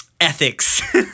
ethics